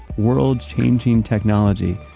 world changing technology.